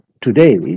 today